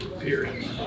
period